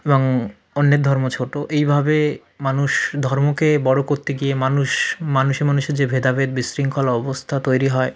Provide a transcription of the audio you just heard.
এবং অন্যের ধর্ম ছোটো এইভাবে মানুষ ধর্মকে বড়ো করতে গিয়ে মানুষ মানুষে মানুষে যে ভেদাভেদ বিশৃঙ্খল অবস্থা তৈরি হয়